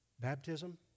baptism